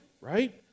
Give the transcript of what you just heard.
right